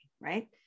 right